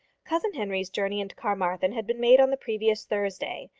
cousin henry's journey into carmarthen had been made on the previous thursday,